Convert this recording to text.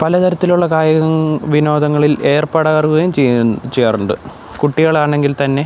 പല തരത്തിലുള്ള കായിക വിനോദങ്ങളിൽ ഏർപ്പെടുകയും ചെയ്യും ചെയ്യാറുണ്ട് കുട്ടികളാണെങ്കിൽ തന്നെ